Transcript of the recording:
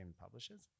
publishers